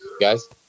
Guys